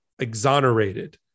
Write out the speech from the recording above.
exonerated